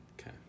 Okay